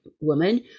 woman